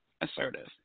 assertive